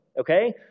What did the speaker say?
Okay